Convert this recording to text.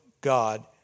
God